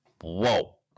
Whoa